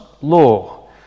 law